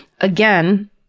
again